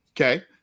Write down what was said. okay